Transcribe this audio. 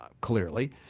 clearly